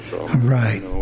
Right